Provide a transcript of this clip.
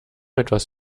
etwas